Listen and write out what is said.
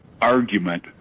argument